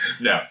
No